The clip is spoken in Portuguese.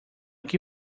que